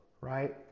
right